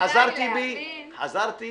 הסברה